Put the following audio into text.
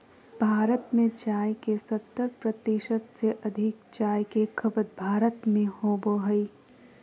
भारत में चाय के सत्तर प्रतिशत से अधिक चाय के खपत भारत में होबो हइ